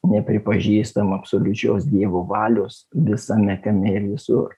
nepripažįstam absoliučios dievo valios visame kame ir visur